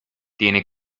tiene